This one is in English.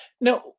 Now